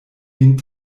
vin